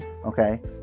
Okay